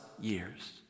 years